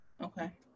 Okay